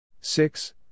Six